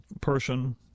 person